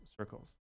circles